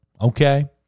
Okay